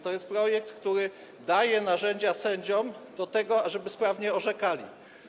To jest projekt, który daje narzędzia sędziom, ażeby sprawnie orzekali.